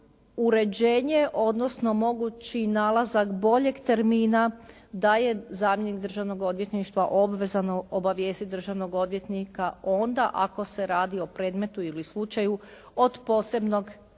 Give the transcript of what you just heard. uređenje odnosno mogući nalazak boljeg termina da je zamjenik Državnog odvjetništva obavezan obavijestiti državnog odvjetnika onda ako se radi o predmetu ili slučaju od posebnog državnoga